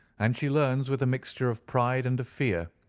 and she learns, with a mixture of pride and of fear,